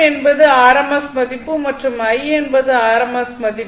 V என்பது rms மதிப்பு மற்றும் I என்பது rms மதிப்பு